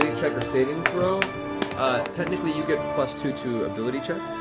check or saving throw technically, you get plus two to ability checks,